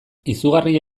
izugarria